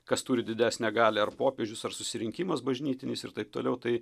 kas turi didesnę galią ar popiežius ar susirinkimas bažnytinis ir taip toliau tai